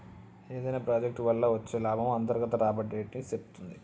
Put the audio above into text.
ఏదైనా ప్రాజెక్ట్ వల్ల వచ్చే లాభము అంతర్గత రాబడి రేటుని సేప్తుంది